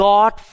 God